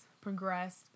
progressed